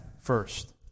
first